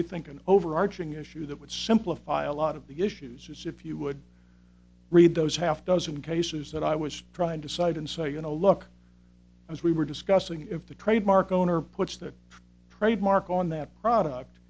we think an overarching issue that would simplify a lot of the issues is if you would read those half dozen cases that i was trying to cite and say you know look as we were discussing if the trademark owner puts that trademark on that product